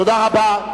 תודה רבה.